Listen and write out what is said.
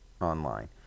online